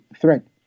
threat